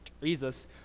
Jesus